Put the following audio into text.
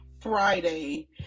Friday